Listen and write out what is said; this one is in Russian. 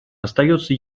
остается